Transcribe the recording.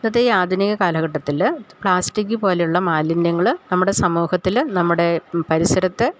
ഇന്നത്തെ ഈ ആധുനിക കാലഘട്ടത്തില് പ്ലാസ്റ്റിക്ക് പോലെയുള്ള മാലിന്യങ്ങള് നമ്മുടെ സമൂഹത്തില് നമ്മുടെ പരിസരത്ത്